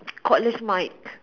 cordless mic